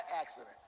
accident